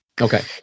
Okay